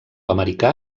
americà